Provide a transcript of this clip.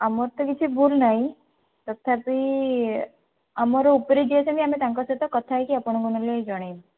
ଆମର ତ କିଛି ଭୁଲ ନାହିଁ ତଥାପି ଆମର ଉପରେ ଯିଏ ଅଛନ୍ତି ଆମେ ତାଙ୍କ ସହିତ କଥାହେଇକି ଆପଣଙ୍କୁ ନହେଲେ ଜଣାଇବୁ